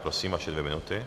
Prosím, vaše dvě minuty.